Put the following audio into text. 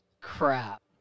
Crap